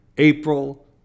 April